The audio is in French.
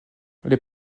les